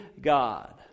God